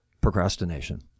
procrastination